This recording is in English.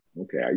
okay